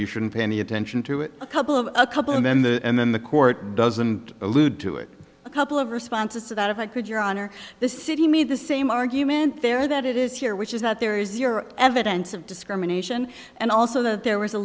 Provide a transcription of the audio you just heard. you shouldn't pay any attention to it a couple of a couple and then that and then the court doesn't allude to it a couple of responses to that if i could your honor the city me the same argument there that it is here which is that there is zero evidence of discrimination and also that there was a